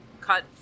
cut